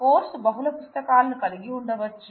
course బహుళ పుస్తకాలను కలిగి ఉండవచ్చు